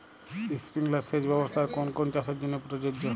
Sprinkler সেচ ব্যবস্থার কোন কোন চাষের জন্য প্রযোজ্য?